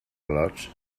lots